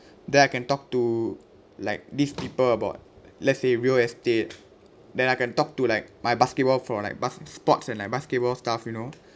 that I can talk to like these people about let's say real estate then I can talk to like my basketball for like bas~ sports and like basketball stuff you know